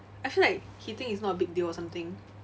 I feel like he think it's not a big deal or something